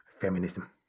feminism